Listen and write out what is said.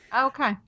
Okay